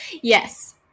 Yes